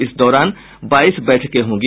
इस दौरान बाईस बैठके होंगी